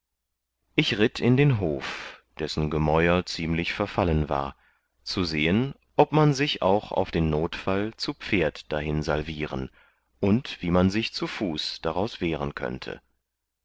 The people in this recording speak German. ich ritt in den hof dessen gemäur ziemlich verfallen war zu sehen ob man sich auch auf den notfall zu pferd dahin salvieren und wie man sich zu fuß daraus wehren könnte